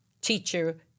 teacher